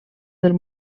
del